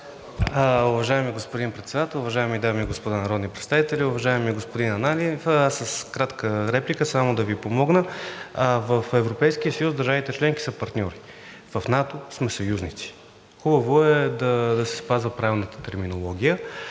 Уважаеми господин Председател, уважаеми дами и господа народни представители! Уважаеми господин Ананиев, аз с кратка реплика само да Ви помогна. В Европейския съюз държавите членки са партньори. В НАТО сме съюзници. Хубаво е да се спазва правилната терминология.